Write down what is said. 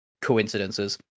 coincidences